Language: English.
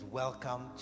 welcome